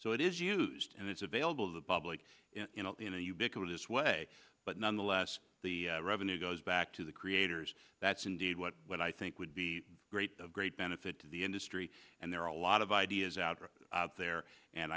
so it is used and it's available to the public this way but nonetheless the revenue goes back to the creators that's indeed what what i think would be great of great benefit to the industry and there are a lot of ideas out there and